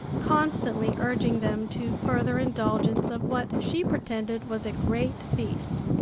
constantly urging them to further indulgence of what she pretended was a great feast,